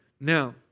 Now